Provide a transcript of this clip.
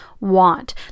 want